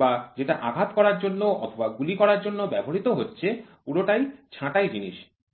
বা যেটা আঘাত করার জন্য অথবা গুলি করার জন্য ব্যবহৃত হচ্ছে পুরোটাই ছাঁটাই জিনিস